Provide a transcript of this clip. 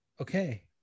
okay